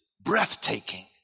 breathtaking